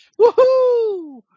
Woohoo